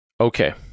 Okay